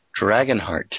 Dragonheart